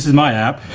my app.